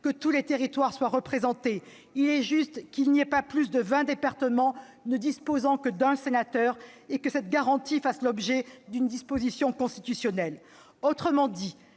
que tous les territoires soient représentés. Il est juste qu'il n'y ait pas plus de vingt départements ne disposant que d'un sénateur et que cette garantie fasse l'objet d'une disposition constitutionnelle. Autrement dit,